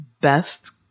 best